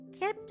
kept